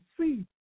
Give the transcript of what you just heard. see